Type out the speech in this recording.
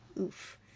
Oof